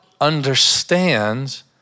understands